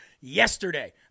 yesterday